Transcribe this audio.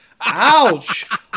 Ouch